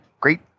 great –